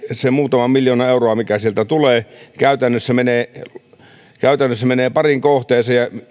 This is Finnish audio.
se muutama miljoona euroa mikä sieltä tulee käytännössä menee pariin kohteeseen ja